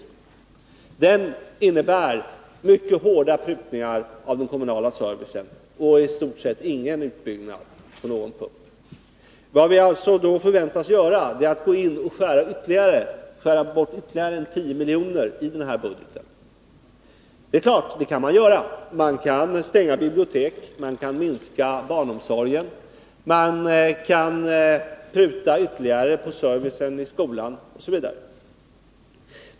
Budgeten innebär mycket hårda prutningar av den kommunala servicen —i stort sett inte någon utbyggnad alls. Men vad vi alltså förväntas göra är att skära bort ytterligare 10 milj.kr. i denna budget. Det är klart att man kan göra det. Man kan stänga bibliotek, man kan minska barnomsorgen, man kan pruta ytterligare på servicen i skolan osv.